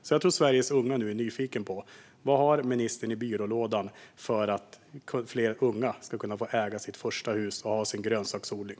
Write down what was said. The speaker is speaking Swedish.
Jag tror att Sveriges unga är nyfikna på vilka verktyg ministern har i byrålådan för att fler unga ska kunna äga sitt första hus och ha sin egen grönsaksodling.